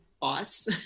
boss